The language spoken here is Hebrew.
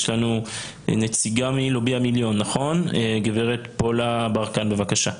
יש לנו נציגה מלובי המיליון, גב' פולה ברקן בבקשה.